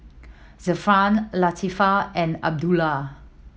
Zafran Latifa and Abdullah